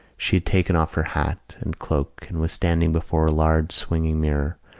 she had taken off her hat and cloak and was standing before a large swinging mirror,